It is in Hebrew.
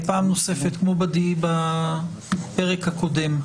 פעם נוספת כמו בפרק הקודם,